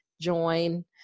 join